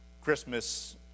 Christmas